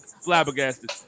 flabbergasted